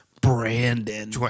Brandon